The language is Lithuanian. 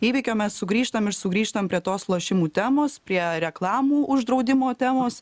įvykio mes sugrįžtam ir sugrįžtam prie tos lošimų temos prie reklamų uždraudimo temos